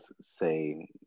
say